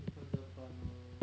你看着办 lor